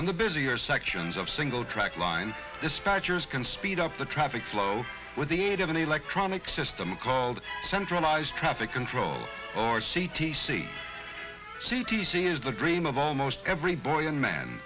on the busier sections of single track line dispatchers can speed up the traffic flow with the aid of an electronic system called centralized traffic control or c t c c t c is the green of almost every boy and man